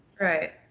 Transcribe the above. right